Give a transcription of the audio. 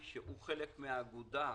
שהם חלק מן האגודה ---.